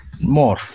more